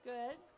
Good